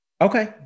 Okay